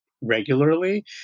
regularly